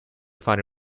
fare